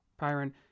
Pyron